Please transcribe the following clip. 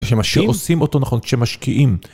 כשעושים אותו נכון, כשמשקיעים.